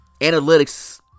Analytics